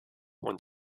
und